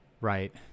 Right